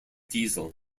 diesel